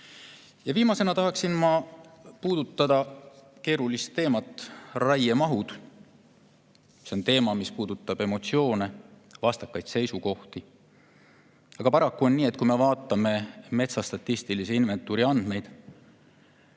Viimasena tahan ma puudutada keerulist teemat: raiemahud. See on teema, mis [tekitab] emotsioone ja vastakaid seisukohti. Aga paraku on nii, et kui me vaatame metsa statistilise inventuuri andmeid,